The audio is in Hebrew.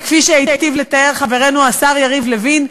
וכפי שהיטיב לתאר חברנו השר יריב לוין,